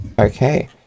Okay